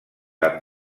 amb